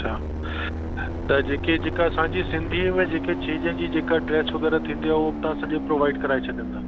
अछा त जेके जेका असांजी सिंधीअ में जेके छेॼ जी जेका ड्रेस वग़ैरह थींदी आहे उहा बि तव्हां सॼो प्रोवाइड कराए छॾंदा